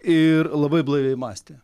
ir labai blaiviai mąstė